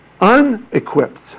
unequipped